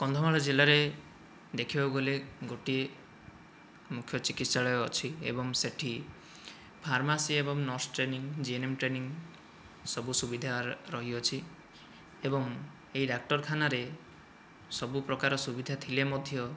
କନ୍ଧମାଳ ଜିଲ୍ଲାରେ ଦେଖିବାକୁ ଗଲେ ଗୋଟିଏ ମୁଖ୍ୟ ଚିକିତ୍ସାଳୟ ଅଛି ଏବଂ ସେଠି ଫର୍ମାସୀ ଏବଂ ନର୍ସ ଟ୍ରେନିଂ ଜିଏନମ ଟ୍ରେନିଂ ସବୁ ସୁବିଧା ରହିଅଛି ଏବଂ ଏହି ଡାକ୍ତରଖାନାରେ ସବୁ ପ୍ରକାର ସୁବିଧା ଥିଲେ ମଧ୍ୟ